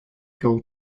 goal